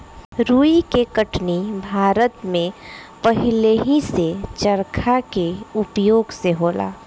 रुई के कटनी भारत में पहिलेही से चरखा के उपयोग से होला